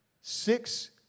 six